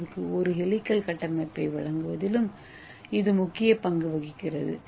ஏவுக்கு ஒரு ஹெலிகல் கட்டமைப்பை வழங்குவதிலும் இது முக்கிய பங்கு வகிக்கிறது